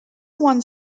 one